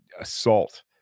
assault